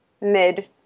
mid